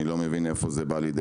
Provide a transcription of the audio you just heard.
אני לא מבין איפה זה בא לידי